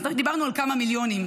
אז דיברנו על כמה מיליונים,